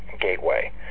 gateway